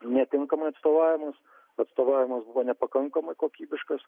netinkamai atstovaujamas atstovavimas buvo nepakankamai kokybiškas